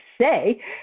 say